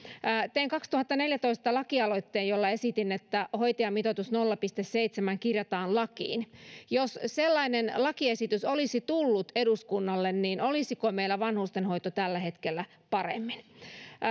tein kaksituhattaneljätoista lakialoitteen jossa esitin että hoitajamitoitus nolla pilkku seitsemään kirjataan lakiin jos sellainen lakiesitys olisi tullut eduskunnalle niin olisiko meillä vanhustenhoito tällä hetkellä paremmin